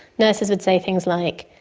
nurses would say things like,